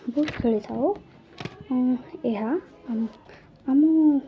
ବହୁତ ଖେଳିଥାଉ ଏହା ଆମ